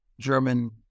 German